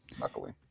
luckily